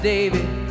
David